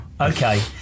Okay